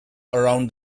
around